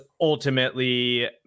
ultimately